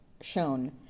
shown